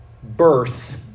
Birth